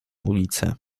ulicę